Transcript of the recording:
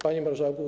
Panie Marszałku!